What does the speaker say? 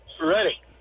Ready